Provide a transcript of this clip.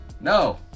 no